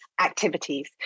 activities